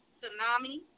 Tsunami